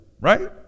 right